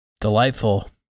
Delightful